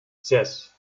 zes